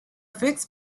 figs